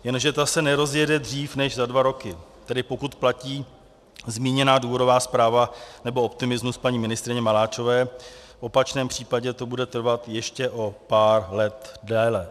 Jenže ta se nerozjede dříve než za dva roky, tedy pokud platí zmíněná důvodová zpráva nebo optimismus paní ministryně Maláčové, v opačném případě to bude trvat ještě o pár let déle.